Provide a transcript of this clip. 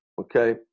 Okay